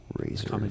razor